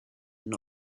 and